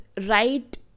right